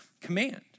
command